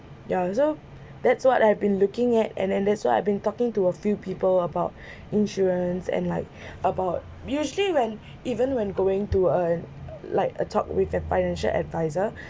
ya so that's what I have been looking at and then that's what I have been talking to a few people about insurance and like about usually when even when going to uh like a talk with a financial adviser